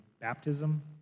baptism